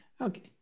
Okay